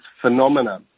phenomena